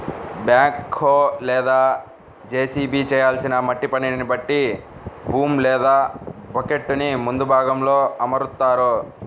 back హో లేదా JCB చేయాల్సిన మట్టి పనిని బట్టి బూమ్ లేదా బకెట్టుని ముందు భాగంలో అమరుత్తారు